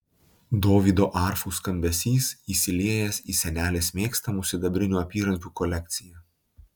dovydo arfų skambesys įsiliejęs į senelės mėgstamų sidabrinių apyrankių kolekciją